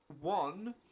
one